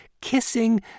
kissing